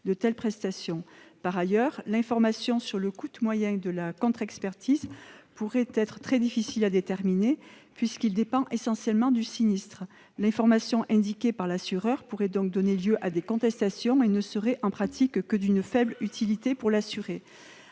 de telles prestations. Ensuite, l'information sur le coût moyen de la contre-expertise pourrait être très difficile à déterminer, puisqu'il dépend essentiellement du sinistre. L'information indiquée par l'assureur pourrait donc donner lieu à des contestations et ne serait, en pratique, que d'une faible utilité pour l'assuré.